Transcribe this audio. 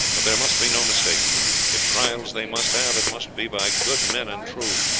but there must be no mistake if trials they must have, it must be by good men and true,